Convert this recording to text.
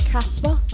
Casper